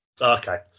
Okay